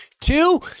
two